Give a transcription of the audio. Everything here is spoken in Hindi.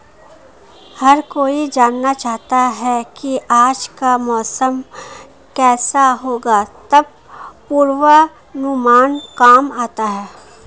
हर कोई जानना चाहता है की आज का मौसम केसा होगा तब पूर्वानुमान काम आता है